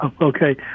Okay